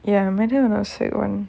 ya madam was sick one